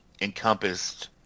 encompassed